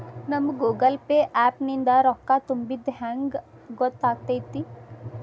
ನಮಗ Google Pay app ನಿಂದ ರೊಕ್ಕಾ ತುಂಬಿದ್ದ ಹೆಂಗ್ ಗೊತ್ತ್ ಆಗತೈತಿ?